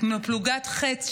כמו פלוגת ח"ץ,